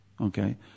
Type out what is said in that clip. okay